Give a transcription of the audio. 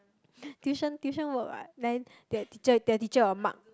tuition tuition work what then that teacher that teacher will mark